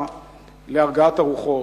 קריאה להרגעת הרוחות,